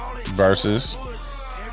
Versus